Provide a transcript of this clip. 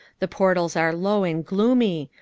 the portals are low and gloomy.